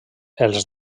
els